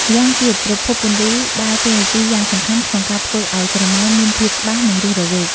ម្យ៉ាងទៀត ប្រភពពន្លឺដើរតួនាទីយ៉ាងសំខាន់ក្នុងការធ្វើឱ្យស្រមោលមានភាពច្បាស់ និងរស់រវើក។